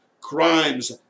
crimes